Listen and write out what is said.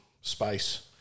space